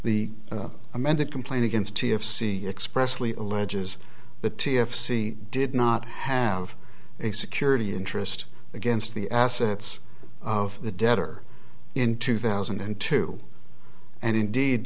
the amended complaint against t f c expressly alleges the t f c did not have a security interest against the assets of the debtor in two thousand and two and indeed